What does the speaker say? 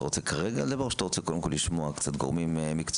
אתה רוצה כרגע לדבר או שאתה רוצה לשמוע קצת גורמים מקצועיים?